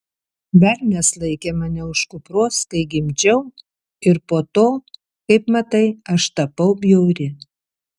velnias laikė mane už kupros kai gimdžiau ir po to kaip matai aš tapau bjauri